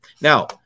Now